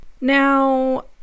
Now